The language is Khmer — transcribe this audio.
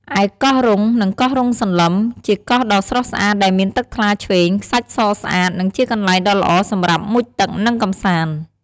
ឯកោះរុង និងកោះរុងសន្លឹម ជាកោះដ៏ស្រស់ស្អាតដែលមានទឹកថ្លាឆ្វេង ខ្សាច់សស្អាត និងជាកន្លែងដ៏ល្អសម្រាប់មុជទឹក និងកម្សាន្ត។